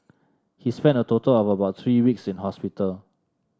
he spent a total of about three weeks in hospital